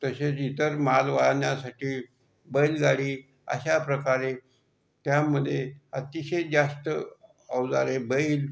तसेच इतर माल वाहण्यासाठी बैलगाडी अशाप्रकारे त्यामध्ये अतिशय जास्त अवजारे बैल